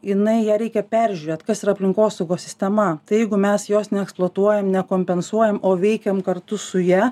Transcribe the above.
jinai ją reikia peržiūrėt kas yra aplinkosaugos sistema tai jeigu mes jos neeksploatuojam nekompensuojam o veikiam kartu su ja